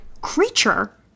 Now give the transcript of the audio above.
creature